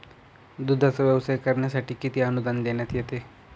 दूधाचा व्यवसाय करण्यासाठी किती अनुदान देण्यात येते?